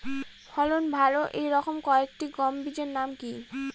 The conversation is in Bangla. ফলন ভালো এই রকম কয়েকটি গম বীজের নাম কি?